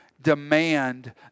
demand